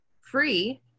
free